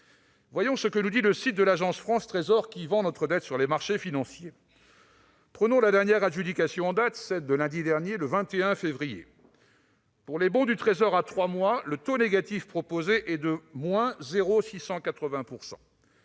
Voyons ce que nous dit le site de l'Agence France Trésor (AFT), qui vend notre dette sur les marchés financiers. Prenons la dernière adjudication en date, celle de lundi dernier, 21 février. Pour les bons du trésor à 3 mois, le taux négatif proposé est de-0,680 %.